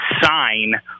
sign